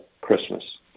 Christmas